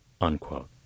unquote